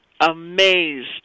amazed